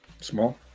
Small